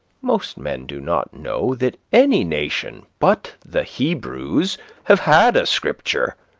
most men do not know that any nation but the hebrews have had a scripture.